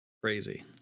crazy